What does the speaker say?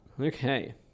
Okay